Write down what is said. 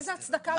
איזה הצדקה יש?